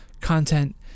content